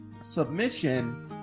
Submission